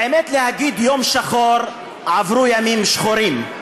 האמת, להגיד יום שחור, עברו ימים שחורים,